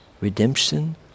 redemption